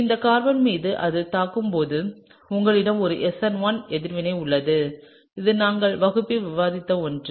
எனவே இந்த கார்பன் மீது அது தாக்கும்போது உங்களிடம் ஒரு SN1 எதிர்வினை உள்ளது இது நாங்கள் வகுப்பில் விவாதித்த ஒன்று